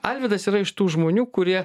alvydas yra iš tų žmonių kurie